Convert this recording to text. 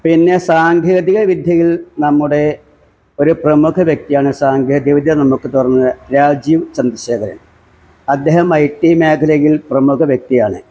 പിന്നെ സാങ്കേതിക വിദ്യയിൽ നമ്മുടെ ഒരു പ്രമുഖ വ്യക്തിയാണ് സാങ്കേതിക വിദ്യ നമുക്ക് തുറന്ന രാജീവ് ചന്ദ്രശേഖരന് അദ്ദേഹം ഐടി മേഖലയില് പ്രമുഖ വ്യക്തിയാണ്